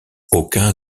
aucun